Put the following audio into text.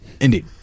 Indeed